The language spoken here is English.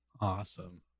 Awesome